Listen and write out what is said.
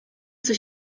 coś